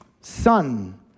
son